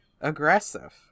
aggressive